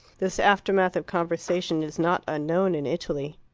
this aftermath of conversation is not unknown in italy.